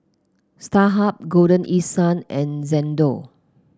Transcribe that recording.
Starhub Golden East Sun and Xndo